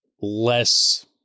less